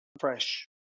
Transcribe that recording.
fresh